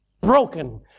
broken